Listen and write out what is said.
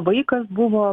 vaikas buvo